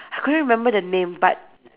I couldn't remember the name but